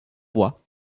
voies